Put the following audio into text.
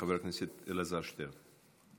חבר הכנסת אלעזר שטרן.